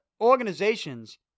organizations